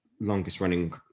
longest-running